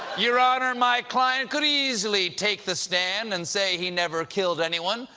your honor, my client could easily take the stand and say he never killed anyone,